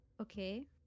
Okay